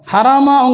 Harama